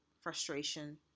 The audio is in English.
frustration